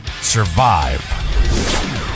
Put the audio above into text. Survive